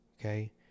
Okay